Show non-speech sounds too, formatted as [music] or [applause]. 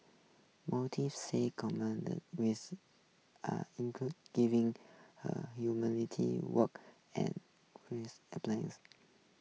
motive says [unintelligible] with are include giving her [unintelligible] work and [unintelligible]